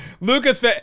Lucas